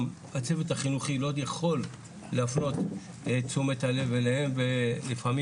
גם הצוות החינוכי לא יכול להפנות את תשומת הלב אליהם ולפעמים